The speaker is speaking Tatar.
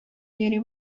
йөри